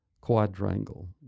quadrangle